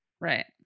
Right